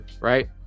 right